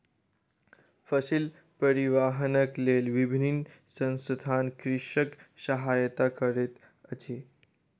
फसिल परिवाहनक लेल विभिन्न संसथान कृषकक सहायता करैत अछि